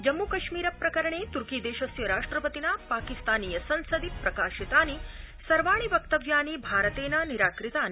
जम्मू कश्मीरप्रकरणत्रिक्री दक्षिय राष्ट्रपतिना पाकिस्तानीय संसदि प्रकाशितानि सर्वाणि वक्तव्यानि भारतक्ष निराकृतानि